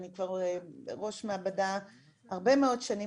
אני כבר ראש מעבדה הרבה מאוד שנים,